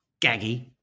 gaggy